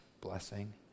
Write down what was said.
blessing